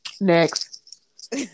next